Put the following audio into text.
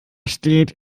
steht